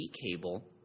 cable